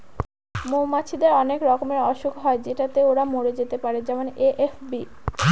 মৌমাছিদের অনেক রকমের অসুখ হয় যেটাতে ওরা মরে যেতে পারে যেমন এ.এফ.বি